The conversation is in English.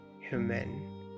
human